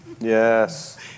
Yes